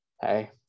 hey